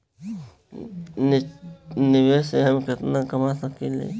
निवेश से हम केतना कमा सकेनी?